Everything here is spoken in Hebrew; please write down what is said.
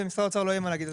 לא יהיה מה להגיד,